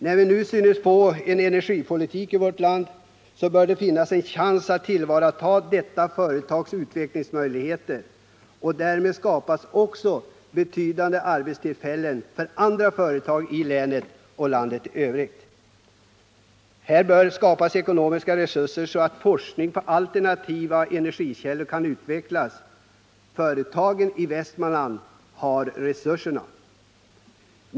När vi nu synes få en energipolitik i vårt land, bör det finnas en chans att tillvarata detta företags utvecklingsmöjligheter och därmed också skapa ett betydande antal arbetstillfällen för andra företag i länet och landet i övrigt. Här bör skapas ekonomiska resurser, så att forskningen om alternativa energikällor kan utvecklas. Företagen i Västmanland har resurserna.